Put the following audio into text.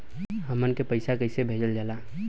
हमन के पईसा कइसे भेजल जाला?